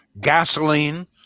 gasoline